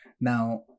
Now